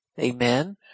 amen